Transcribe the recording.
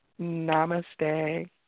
Namaste